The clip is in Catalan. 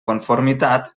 conformitat